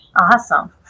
Awesome